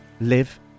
live